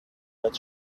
but